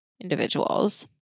individuals